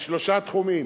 בשלושה תחומים.